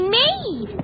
made